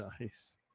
Nice